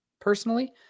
personally